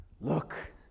Look